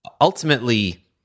ultimately